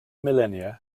millenia